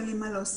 אין לי מה להוסיף,